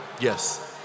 Yes